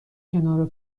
کنار